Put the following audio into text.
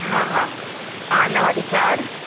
हा हा पाण वारियूं चारि